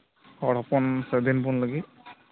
ᱦᱚᱲ ᱦᱚᱯᱚᱱ ᱥᱟᱹᱫᱷᱤᱱ ᱵᱚᱱ ᱞᱟᱹᱜᱤᱫ